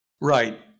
Right